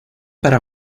para